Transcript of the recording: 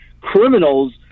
criminals